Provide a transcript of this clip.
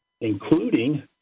including